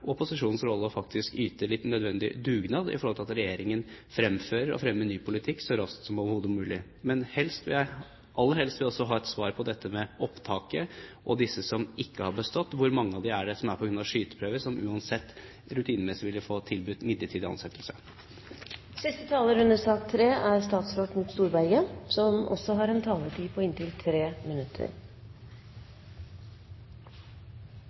opposisjonens rolle faktisk å yte litt til en nødvendig dugnad, slik at regjeringen fremfører og fremmer ny politikk så raskt som overhodet mulig. Aller helst vil jeg ha svar på dette med opptaket og de som ikke har bestått skyteprøven. Hvor mange av dem er det som uansett ville få tilbud om midlertidig ansettelse? Jeg skal sjekke opp dette med dem som ikke har bestått eksamen. Jeg er ikke kjent med at det er